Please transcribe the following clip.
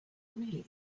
really